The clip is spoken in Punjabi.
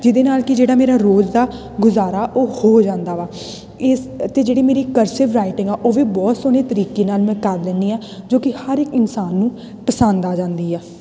ਜਿਹਦੇ ਨਾਲ ਕਿ ਜਿਹੜਾ ਮੇਰਾ ਰੋਜ਼ ਦਾ ਗੁਜ਼ਾਰਾ ਉਹ ਹੋ ਜਾਂਦਾ ਵਾ ਇਸ ਅਤੇ ਜਿਹੜੀ ਮੇਰੀ ਕਰਸਿਵ ਰਾਈਟਿੰਗ ਆ ਉਹ ਵੀ ਬਹੁਤ ਸੋਹਣੇ ਤਰੀਕੇ ਨਾਲ ਮੈਂ ਕਰ ਲੈਂਦੀ ਹਾਂ ਜੋ ਕਿ ਹਰ ਇੱਕ ਇਨਸਾਨ ਨੂੰ ਪਸੰਦ ਆ ਜਾਂਦੀ ਆ